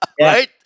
Right